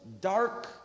dark